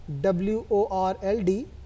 W-O-R-L-D